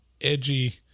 edgy